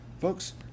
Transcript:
Folks